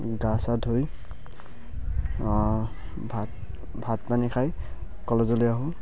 গা চা ধুই ভাত ভাত পানি খাই কলেজলৈ আহোঁ